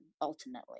ultimately